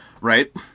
right